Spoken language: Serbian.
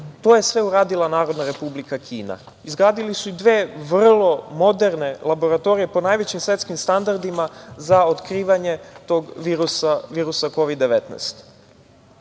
To je sve uradila Narodna Republika Kina. Izgradili su i dve vrlo moderne laboratorije po najvećim svetskim standardima za otkrivanje tog virusa,